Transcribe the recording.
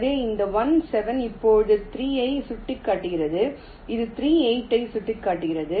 எனவே இந்த 1 7 இப்போது 3 ஐ சுட்டிக்காட்டுகிறது இது 3 8 ஐ சுட்டிக்காட்டுகிறது